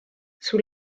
sous